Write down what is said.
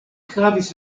havis